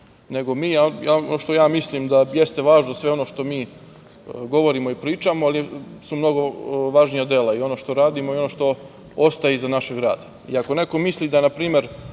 nego mi, ali ono što ja mislim da jeste važnoc da sve ono što mi govorimo i pričamo, ali su mnogo važnija dela i ono što radimo i ono što ostaje iza našeg rada.I ako, neko misli da npr.